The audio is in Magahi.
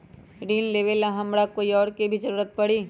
ऋन लेबेला हमरा कोई और के भी जरूरत परी?